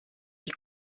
die